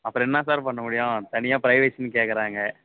அப்புறம் என்ன சார் பண்ணமுடியும் தனியாக ப்ரைவஸினு கேக்கிறாங்க